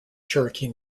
cherokee